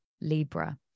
Libra